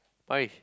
Parish